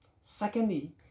secondly